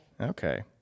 okay